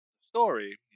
story